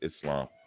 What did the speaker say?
Islam